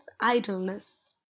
idleness